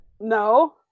No